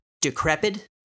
decrepit